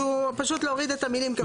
פשוט להוריד את המילים,